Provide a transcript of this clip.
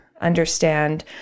understand